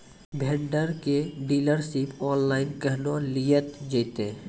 Vendor केर dealership online केहनो लियल जेतै?